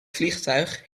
vliegtuig